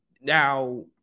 now